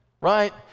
Right